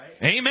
Amen